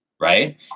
Right